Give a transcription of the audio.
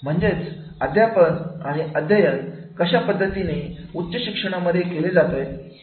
म्हणजेच अध्यापन आणि अध्ययन कशा पद्धतीने उच्च शिक्षणामध्ये केले जाते